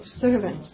servant